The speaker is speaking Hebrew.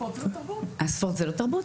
ספורט זה לא תרבות?